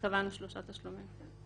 קבענו שלושה תשלומים.